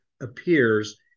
appears